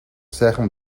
сайхан